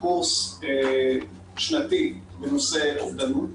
קורס שנתי בנושא אובדנות,